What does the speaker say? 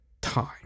time